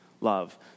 love